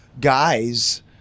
guys